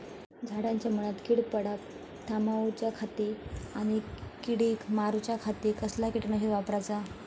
झाडांच्या मूनात कीड पडाप थामाउच्या खाती आणि किडीक मारूच्याखाती कसला किटकनाशक वापराचा?